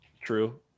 true